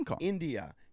India